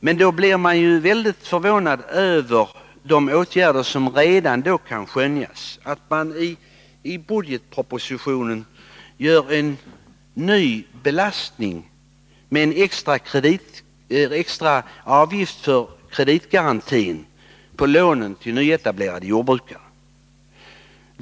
Men man blir väldigt förvånad över de åtgärder som redan kan skönjas i budgetpropositionen. Det införs en ny belastning genom en extra avgift för kreditgarantin beträffande lån till nyetablerade jordbrukare.